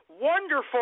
wonderful